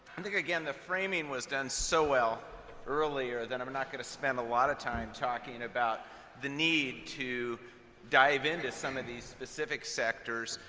think, again, the framing was done so well earlier that i'm not going to spend a lot of time talking about the need to dive into some of these specific sectors,